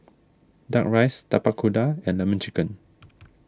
Duck Rice Tapak Kuda and Lemon Chicken